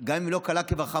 גם אם לא קלה כבחמורה,